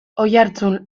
oiartzun